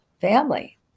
family